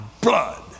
blood